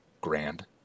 grand